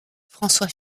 françois